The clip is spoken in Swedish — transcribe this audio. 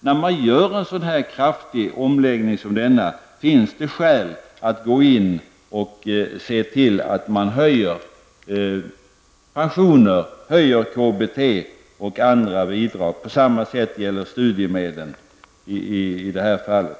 När man gör en sådan här kraftig skatteomläggning finns det skäl att se till att man höjer pensioner, KBT och andra bidrag, och detsamma gäller studiemedlen.